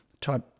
type